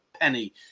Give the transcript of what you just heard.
penny